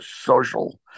social